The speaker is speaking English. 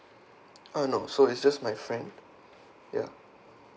uh no so it's just my friend ya